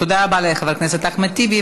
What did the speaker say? תודה רבה לחבר הכנסת אחמד טיבי.